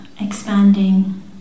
expanding